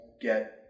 get